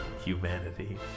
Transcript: Humanity